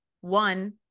one